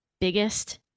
biggest